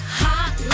hot